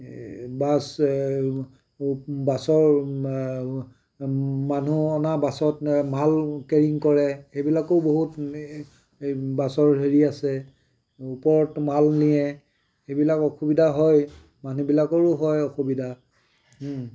এই বাছ বাছৰ মানুহ অনা বাছত মাল কেৰিং কৰে সেইবিলাকো বহুত এই বাছৰ হেৰি আছে ওপৰত মাল নিয়ে সেইবিলাক অসুবিধা হয় মানুহবিলাকৰো হয় অসুবিধা